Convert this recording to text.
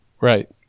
Right